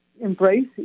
embrace